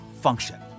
function